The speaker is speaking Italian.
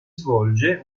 svolge